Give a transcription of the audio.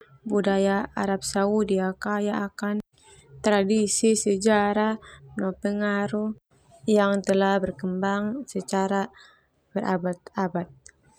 Budaya Arab Saudi kaya akan tradisi, sejarah no pengaruh yang telah berkembang secara berabad-abad.